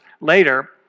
later